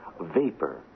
vapor